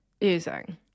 using